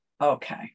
Okay